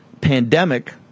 pandemic